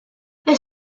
there